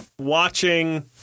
watching